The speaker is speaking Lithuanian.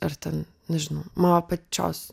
ar ten nežinau mano pačios